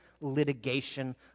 litigation